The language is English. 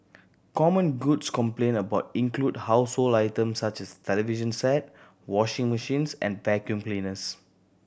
common goods complained about include household items such as television set washing machines and vacuum cleaners